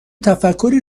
تفکری